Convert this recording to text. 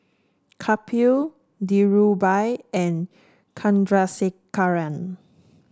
Kapil Dhirubhai and Chandrasekaran